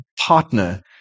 partner